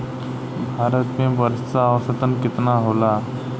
भारत में वर्षा औसतन केतना होला?